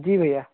जी भैया